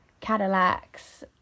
Cadillacs